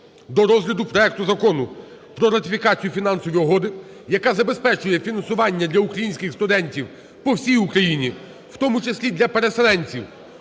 до розгляду проекту Закону про ратифікацію Фінансової угоди, яка забезпечує фінансування для українських студентів по всій Україні, в тому числі для переселенців,